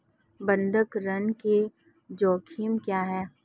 बंधक ऋण के जोखिम क्या हैं?